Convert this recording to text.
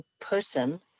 person